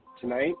tonight